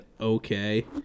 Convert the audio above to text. okay